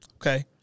Okay